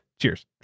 cheers